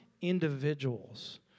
individuals